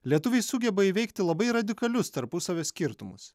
lietuviai sugeba įveikti labai radikalius tarpusavio skirtumus